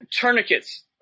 Tourniquets